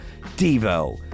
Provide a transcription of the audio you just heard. Devo